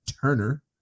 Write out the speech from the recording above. Turner